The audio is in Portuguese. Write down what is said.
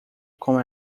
com